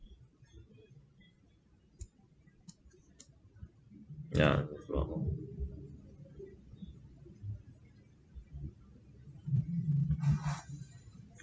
ya through out